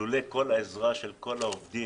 לולא כל העזרה של כל העובדים